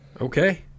Okay